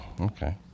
Okay